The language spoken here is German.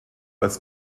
als